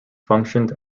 functioned